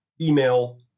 email